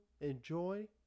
enjoy